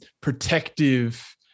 protective